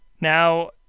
Now –